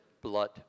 blood